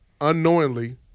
unknowingly